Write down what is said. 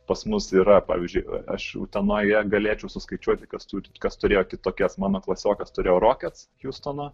pas mus yra pavyzdžiui aš utenoje galėčiau suskaičiuoti kas turi kas turėjo kitokias mano klasiokas turėjo rokets hiustono